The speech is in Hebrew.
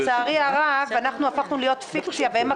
לצערי הרב אנחנו הפכנו להיות פיקציה והם הקובעים.